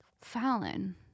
Fallon